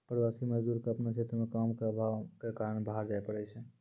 प्रवासी मजदूर क आपनो क्षेत्र म काम के आभाव कॅ कारन बाहर जाय पड़ै छै